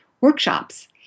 workshops